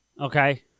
Okay